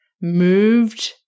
moved